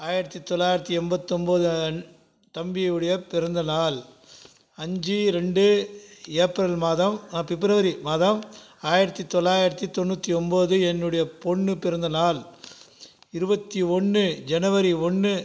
ஆயிரத்தி தொள்ளாயிரத்தி எண்பத்தொம்பது என் தம்பியுடைய பிறந்தநாள் அஞ்சு ரெண்டு ஏப்ரல் மாதம் பிப்ரவரி மாதம் ஆயிரத்தி தொள்ளாயிரத்தி தொண்ணூற்று ஒம்பது என்னுடைய பொண்ணு பிறந்தநாள் இருபத்தி ஒன்று ஜனவரி ஒன்று